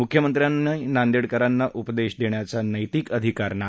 मुख्यमंत्र्यांना नांदेडकरांना उपदेश देण्याचा नैतिक अधिकार नाही